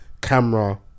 camera